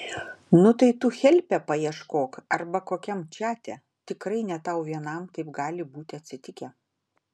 nu tai tu helpe paieškok arba kokiam čate tikrai ne tau vienam taip gali būti atsitikę